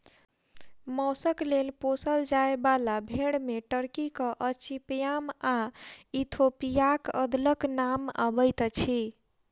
मौसक लेल पोसल जाय बाला भेंड़ मे टर्कीक अचिपयाम आ इथोपियाक अदलक नाम अबैत अछि